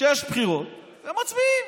כשיש בחירות, ומצביעים.